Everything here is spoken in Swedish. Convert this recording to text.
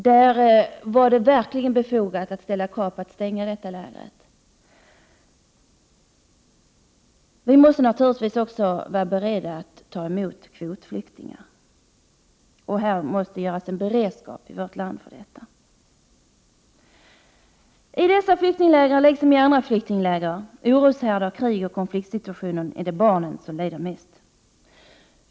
Det var verkligen befogat att ställa krav på att detta läger stängdes. Vi måste naturligtvis också vara beredda att ta emot kvotflyktingar. En beredskap för detta måste ordnas i vårt land. I dessa flyktingläger liksom i andra flyktingläger, i oroshärdar, krig och konfliktsituationer är det barnen som lider mest.